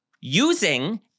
using